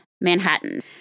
Manhattan